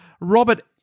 Robert